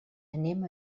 anem